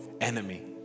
enemy